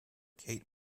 kate